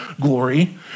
glory